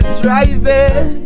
driving